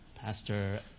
Pastor